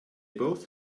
both